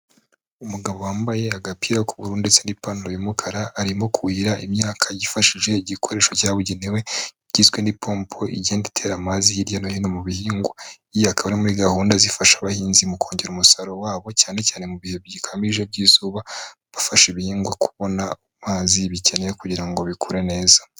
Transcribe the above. Umugabo wambaye agapira k'ubururu ndetse n'ipantaro y'umukara, arimo kuhira imyaka yifashishije igikoresho cyabugenewe igizwe n'ipompo igenda itera amazi hirya no hino mu bihingwa. Iyi ikaba muri gahunda zifasha abahinzi mu kongera umusaruro wabo cyane cyane mu bihe bikabije by'izuba, bafasha ibihingwa kubona amazi bikeneye kugira ngo bikure neza.